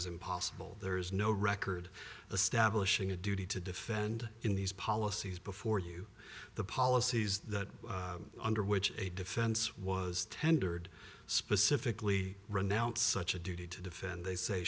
is impossible there is no record the stablish in a duty to defend in these policies before you the policies that under which a defense was tendered specifically renounce such a duty to defend they say